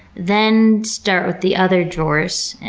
then start with the other drawers,